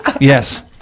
yes